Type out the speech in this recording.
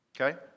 Okay